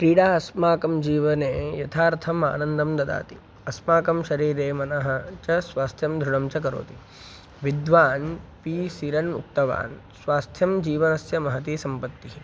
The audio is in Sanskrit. क्रीडा अस्माकं जीवने यथार्थम् आनन्दं ददाति अस्माकं शरीरे मनः च स्वास्थ्यं दृढं च करोति विद्वान् पी सिरन् उक्तवान् स्वास्थ्यं जीवनस्य महती सम्पत्तिः